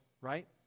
right